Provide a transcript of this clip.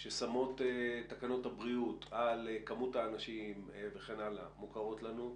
ששמות תקנות הבריאות על כמות האנשים וכן הלאה מוכרות לנו.